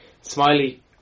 Smiley